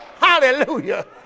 Hallelujah